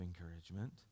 encouragement